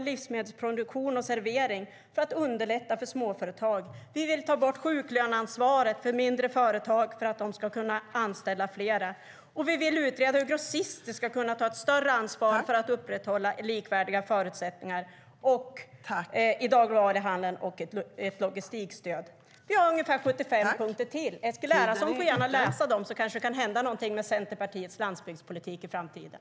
Eskil Erlandsson får gärna läsa dem så kanske det kan hända någonting med Centerpartiets landsbygdspolitik i framtiden.